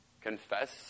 Confess